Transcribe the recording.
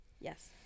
Yes